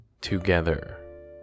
together